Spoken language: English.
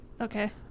Okay